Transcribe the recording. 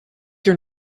your